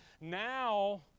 Now